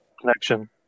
Connection